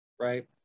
Right